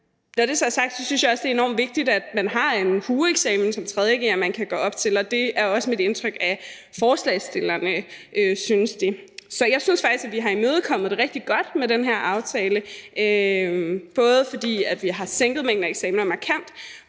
er enormt vigtigt, at man har en hueeksamen som 3. g'er, som man kan gå op til. Og det er også mit indtryk, at forslagsstillerne synes det. Så jeg synes faktisk, at vi har imødekommet det rigtig godt med den her aftale, både fordi vi har sænket mængden af eksamener markant,